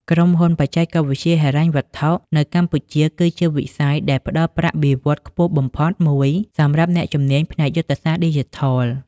ក្រុមហ៊ុនបច្ចេកវិទ្យាហិរញ្ញវត្ថុ នៅកម្ពុជា គឺជាវិស័យដែលផ្តល់ប្រាក់បៀវត្សរ៍ខ្ពស់បំផុតមួយសម្រាប់អ្នកជំនាញផ្នែកយុទ្ធសាស្ត្រឌីជីថល។